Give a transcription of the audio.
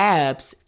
abs